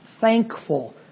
thankful